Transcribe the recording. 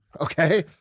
Okay